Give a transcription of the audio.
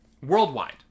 Worldwide